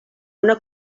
una